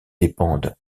dépendent